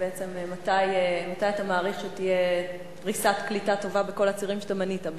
מתי בעצם אתה מעריך שתהיה פריסת קליטה טובה בכל הצירים שמנית?